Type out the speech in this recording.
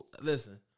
Listen